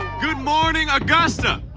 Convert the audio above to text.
good morning, augusta!